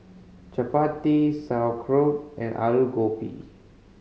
Chapati Sauerkraut and Alu Gobi